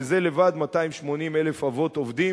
וזה לבד 280,000 אבות עובדים